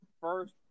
First